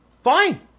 fine